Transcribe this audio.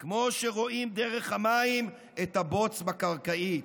/ כמו שרואים דרך המים את הבוץ בקרקעית".